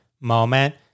moment